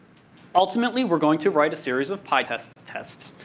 ultimately, we're going to write a series of pytest tests.